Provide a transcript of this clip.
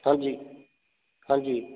ਹਾਂਜੀ ਹਾਂਜੀ